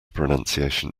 pronunciation